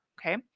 okay